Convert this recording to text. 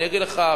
ואני אגיד לך,